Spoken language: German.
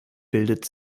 bildet